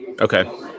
Okay